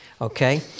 Okay